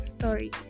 story